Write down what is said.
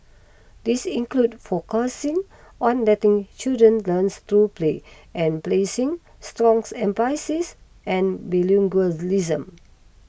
these include focusing on letting children learns through play and placing strong emphasis an bilingualism